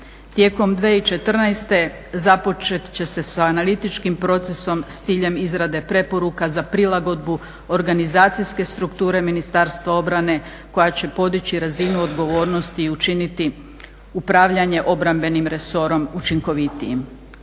Tijekom 2014. započet će se s analitičkim procesom s ciljem izrade preporuka za prilagodbu organizacijske strukture Ministarstva obrane koja će podići razinu odgovornosti i učiniti upravljanje obrambenim resorom učinkovitijim.